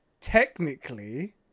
technically